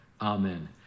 amen